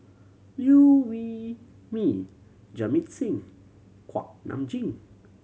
Liew Wee Mee Jamit Singh Kuak Nam Jin